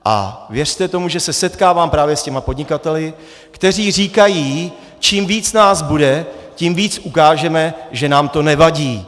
A věřte tomu, že se setkávám právě s těmi podnikateli, kteří říkají: čím víc nás bude, tím víc ukážeme, že nám to nevadí.